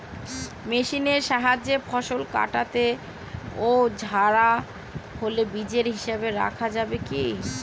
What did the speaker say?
মেশিনের সাহায্যে ফসল কাটা ও ঝাড়াই হলে বীজ হিসাবে রাখা যাবে কি?